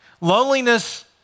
Loneliness